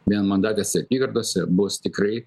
vienmandatėse apygardose bus tikrai